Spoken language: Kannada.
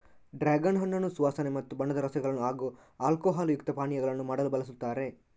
ಡ್ರಾಗನ್ ಹಣ್ಣನ್ನು ಸುವಾಸನೆ ಮತ್ತು ಬಣ್ಣದ ರಸಗಳನ್ನು ಹಾಗೂ ಆಲ್ಕೋಹಾಲ್ ಯುಕ್ತ ಪಾನೀಯಗಳನ್ನು ಮಾಡಲು ಬಳಸುತ್ತಾರೆ